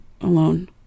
alone